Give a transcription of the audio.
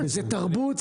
זאת תרבות,